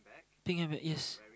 pink handbag yes